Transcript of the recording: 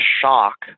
shock